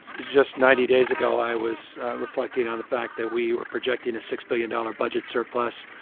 just ninety days ago, i was reflecting on the fact that we were projecting a six billion dollars budget surplus.